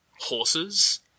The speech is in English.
horses